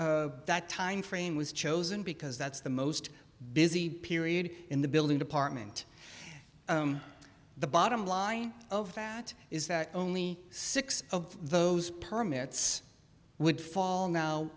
that timeframe was chosen because that's the most busy period in the building department the bottom line of that is that only six of those permits would fall now